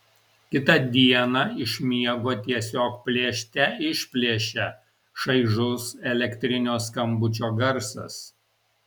kitą dieną iš miego tiesiog plėšte išplėšia šaižus elektrinio skambučio garsas